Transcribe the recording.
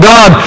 God